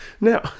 Now